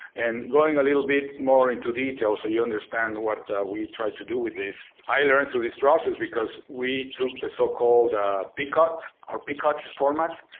and going a little bit more into detail so you understand what we try to do with this, i learned through this process because we took the so-called picot or picot format.